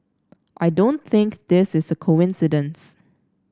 I don't think this is a coincidence